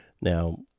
Now